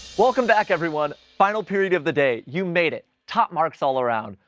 welcome back, everyone. final period of the day. you made it! top marks all around.